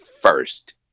first